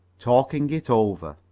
talking it over